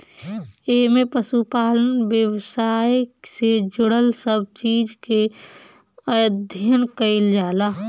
एमे पशुपालन व्यवसाय से जुड़ल सब चीज के अध्ययन कईल जाला